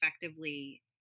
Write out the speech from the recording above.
effectively